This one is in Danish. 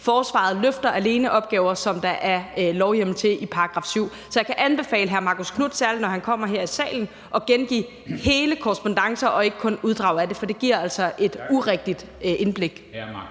Forsvaret løfter alene opgaver, der er lovhjemmel til i § 7. Så jeg kan anbefale hr. Marcus Knuth, særlig når han kommer her i salen, at gengive hele korrespondancer og ikke kun uddrag af dem, for det giver altså et urigtigt indblik.